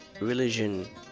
Religion